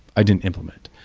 i didn't implement.